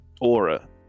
Aura